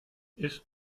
ist